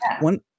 one